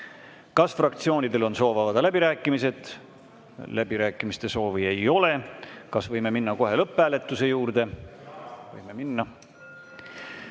Kas fraktsioonidel on soov avada läbirääkimised? Läbirääkimiste soovi ei ole. Kas võime minna kohe lõpphääletuse juurde? (Vastus